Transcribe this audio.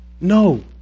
No